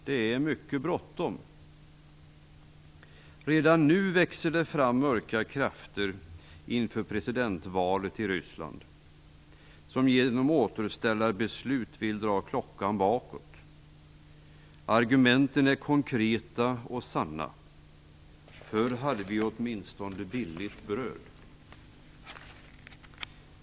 Det är mycket bråttom. Redan nu växer det fram mörka krafter inför presidentvalet i Ryssland som genom återställarbeslut vill dra klockan bakåt. Argumenten är konkreta och sanna: Förr hade vi åtminstone billigt bröd.